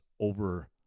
over